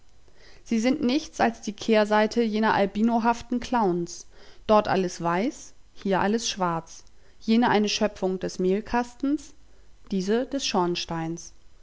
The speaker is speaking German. sie sind nichts als die kehrseite jener albinohaften clowns dort alles weiß hier alles schwarz jene eine schöpfung des mehlkastens diese des